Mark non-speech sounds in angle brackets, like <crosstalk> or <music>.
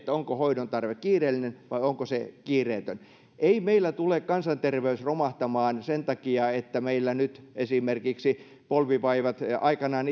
onko hoidon tarve kiireellinen vai onko se kiireetön ei meillä tule kansanterveys romahtamaan sen takia että meillä nyt esimerkiksi polvivaivat aikanaan <unintelligible>